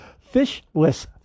fishless